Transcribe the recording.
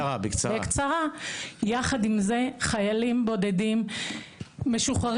יחד עם זה חיילים בודדים,